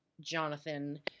Jonathan